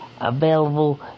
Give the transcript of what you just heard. available